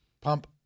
pump